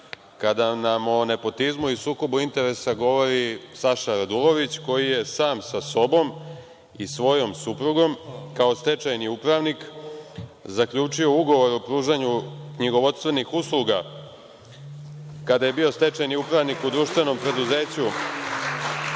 107.Kada nam o nepotizmu i sukobu interesa govori Saša Radulović, koji je sam sa sobom i svojom suprugom, kao stečajni upravnik, zaključio ugovor o pružanju knjigovodstvenih usluga kada je bio stečajni upravnik u društvenom preduzeću